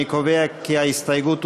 אני קובע כי ההסתייגות הוסרה.